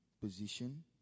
position